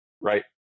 right